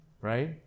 Right